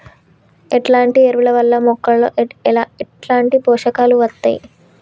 ఎట్లాంటి ఎరువుల వల్ల మొక్కలలో ఎట్లాంటి పోషకాలు వత్తయ్?